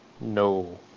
No